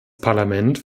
parlament